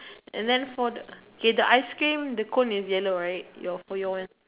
and then for the K ice cream the cone is yellow right if your own